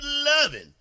loving